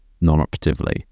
non-operatively